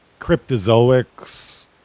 cryptozoics